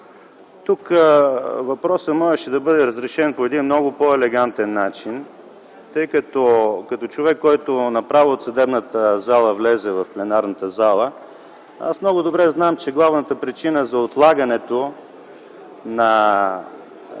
Тук въпросът можеше да бъде разрешен по един много по-елегантен начин. Като човек, който направо от съдебната зала влезе в пленарната зала, много добре знам, че главната причина за отлагането на